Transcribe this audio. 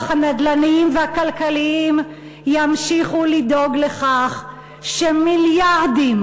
הנדל"ניים והכלכליים ימשיכו לדאוג לכך שמיליארדים,